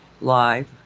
live